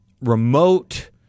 remote